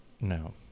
No